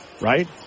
right